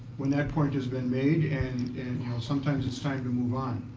when that point has been made and sometimes it's time to move on.